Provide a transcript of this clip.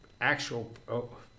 actual